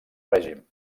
règim